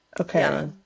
okay